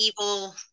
Evil